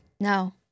No